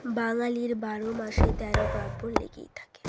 বাঙালির বারো মাসে তেরো পার্বণ লেগেই থাকে